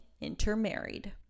intermarried